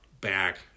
back